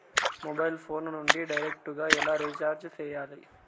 mobile phone నుండి direct గా ఎలా రీచార్జి సేయాలి